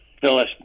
Phyllis